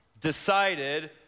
decided